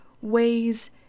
ways